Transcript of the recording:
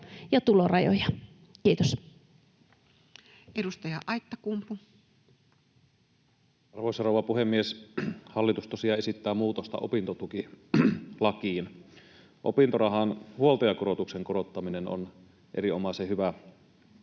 muuttamisesta Time: 18:01 Content: Arvoisa rouva puhemies! Hallitus tosiaan esittää muutosta opintotukilakiin. Opintorahan huoltajakorotuksen korottaminen on erinomaisen hyvä